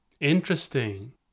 Interesting